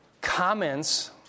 comments